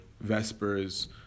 Vespers